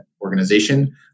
organization